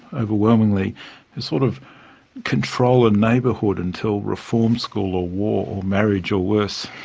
overwhelmingly sort of control a neighbourhood until reform school, or war, or marriage, or worse,